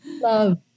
Love